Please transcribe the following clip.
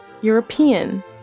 European